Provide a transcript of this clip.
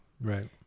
Right